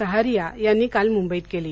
सहारिया यांनी काल मुंबईत केली